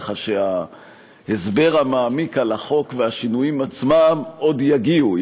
כך שהסבר מעמיק על החוק והשינויים עצמם עוד יגיעו,